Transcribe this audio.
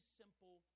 simple